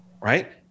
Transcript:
right